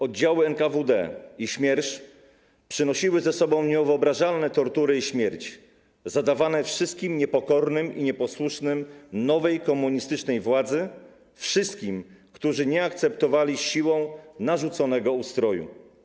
Oddziały NKWD i Smiersz przynosiły ze sobą niewyobrażalne tortury i śmierć zadawane wszystkim niepokornym i nieposłusznym nowej komunistycznej władzy, wszystkim, którzy nie akceptowali siłą narzuconego ustroju.